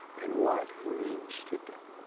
and what he, means to them